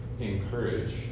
encourage